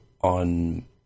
on